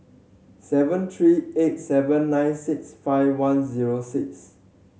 seven three eight seven nine six five one zero six